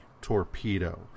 torpedo